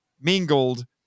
mingled